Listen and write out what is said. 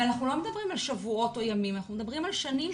אנחנו לא מדברים על שבועות או על ימים אלא אנחנו מדברים על המצב